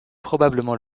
probablement